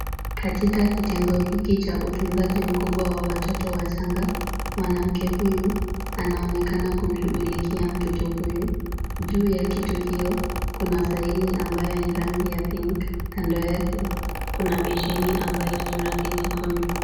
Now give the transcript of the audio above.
Katika kitengo hiki cha utunzaji mkubwa wa watoto wachanga, mwanamke huyu anaonekana kumshughulikia mtoto huyu. Juu ya kitu hiyo, kuna faili ambayo ni rangi ya pink , kando yake kuna besheni ambayo ni rangi nyekundu.